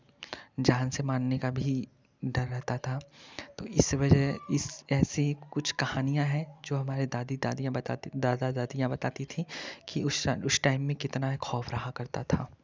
जान से मारने का भी डर रहता था तो इस वजह इस ऐसी कुछ कहानियाँ है जो हमारे दादी दादियाँ बताती दादा दादियाँ बताती थी कि उस सा उस टाइम में कितना ख़ौफ़ रहा करता था